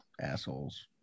assholes